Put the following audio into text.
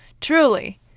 Truly